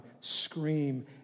scream